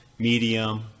Medium